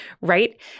Right